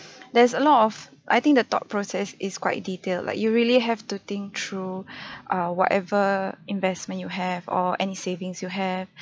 there's a lot of I think the thought process is quite detailed like you really have to think through err whatever investment you have or any savings you have